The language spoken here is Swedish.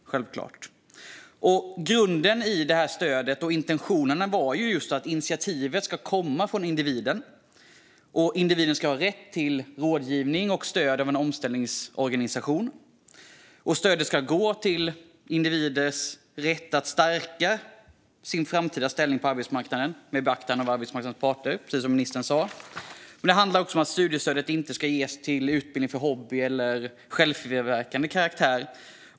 Grunden till det här stödet är att initiativet ska komma från individen och att individen ska ha rätt till rådgivning och stöd av en omställningsorganisation. Stödet ska gå till utbildningar som stärker individens framtida ställning på arbetsmarknaden med beaktande av arbetsmarknadens behov, precis som ministern sa. Det handlar också om att studiestödet inte ska ges till utbildning av hobbykaraktär eller självförverkligande karaktär.